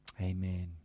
amen